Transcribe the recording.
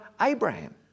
Abraham